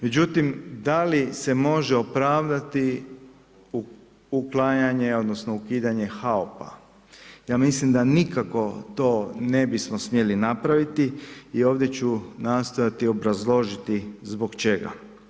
Međutim, da li se može opravdati uklanjanje odnosno ukidanje HAOP-a, ja mislim da nikako to ne bismo smjeli napraviti i ovdje ću nastojati obrazložiti zbog čega.